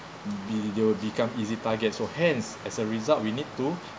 be the~ they'll become easy targets hence as a result we need to